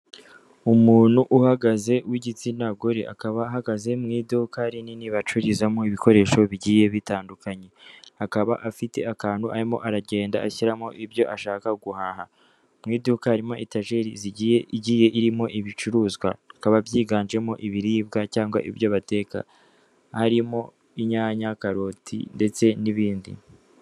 Umuntu uhagaze w'igitsina gore, akaba ahagaze mu iduka rinini bacururizamo ibikoresho bigiye bitandukanye, akaba afite akantu arimo aragenda ashyiramo ibyo ashaka guhaha mu iduka, harimo etajeri igiye irimo ibicuruzwa bikaba byiganjemo ibiribwa cyangwa ibyo bateka harimo inyanya, karoti, ndetse n'ibindi.